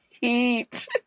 heat